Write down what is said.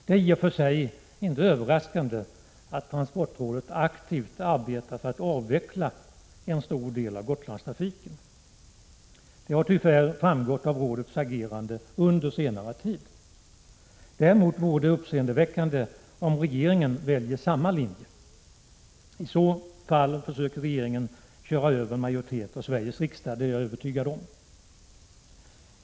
Det är i och för sig inte överraskande att transportrådet aktivt arbetar för att avveckla en stor del av Gotlandstrafiken. Det har tyvärr framgått av rådets agerande under senare tid. Däremot vore det uppseendeväckande om regeringen väljer samma linje. I så fall försöker regeringen köra över en majoritet av Sveriges riksdag; det är jag övertygad om.